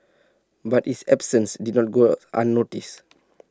but his absences did not go unnoticed